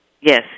Yes